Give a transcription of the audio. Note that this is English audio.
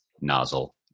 nozzle